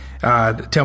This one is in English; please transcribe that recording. tell